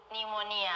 pneumonia